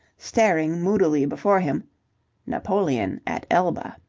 staring moodily before him napoleon at elba.